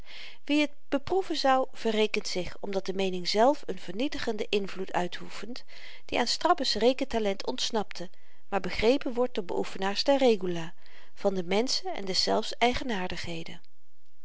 wie t beproeven zou verrekent zich omdat de menging zelf n vernietigenden invloed uitoefent die aan strabbe's rekentalent ontsnapte maar begrepen wordt door beoefenaars der regula van den mensche en deszelfs